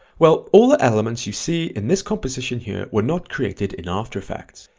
well all the elements you see in this composition here were not created in after effects,